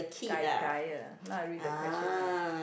gai gai uh now I read the question leh